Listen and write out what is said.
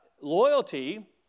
Loyalty